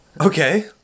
Okay